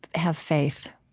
have faith